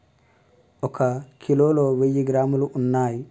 ఒక కిలోలో వెయ్యి గ్రాములు ఉన్నయ్